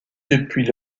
depuis